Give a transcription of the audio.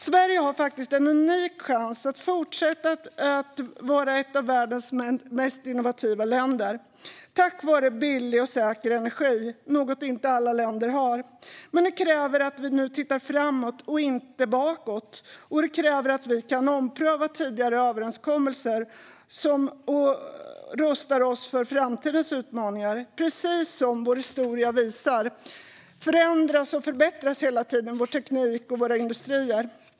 Sverige har faktiskt en unik chans att fortsätta vara ett av världens mest innovativa länder tack vare billig och säker energi, något inte alla länder har. Men det kräver att vi nu tittar framåt och inte bakåt och att vi kan ompröva tidigare överenskommelser och rusta oss för framtidens utmaningar. Precis som vår historia visar förändras och förbättras hela tiden vår teknik och våra industrier.